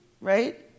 right